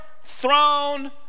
throne